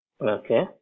Okay